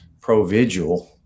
Provigil